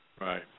right